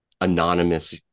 anonymous